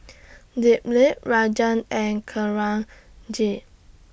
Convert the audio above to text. Dilip Rajan and Kanwaljit